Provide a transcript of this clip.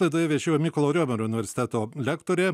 laidoje viešėjo mykolo riomerio universiteto lektorė